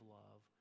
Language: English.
love